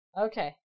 Okay